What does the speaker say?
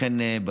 מחקרים.